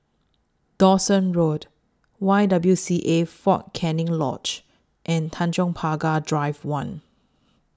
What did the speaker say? Dawson Road Y W C A Fort Canning Lodge and Tanjong Pagar Drive one